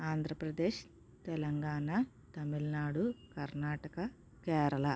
Andhra Pradesh Telangana Tamil Nadu Karnataka Kerala